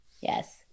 Yes